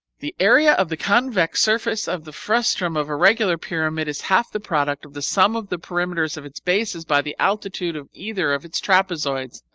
the area of the convex surface of the frustum of a regular pyramid is half the product of the sum of the perimeters of its bases by the altitude of either of its trapezoids.